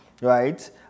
right